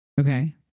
Okay